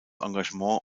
engagement